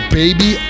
baby